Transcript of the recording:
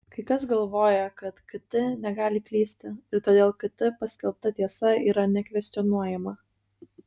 kai kas galvoja kad kt negali klysti ir todėl kt paskelbta tiesa yra nekvestionuojama